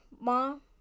Mom